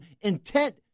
intent